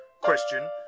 Question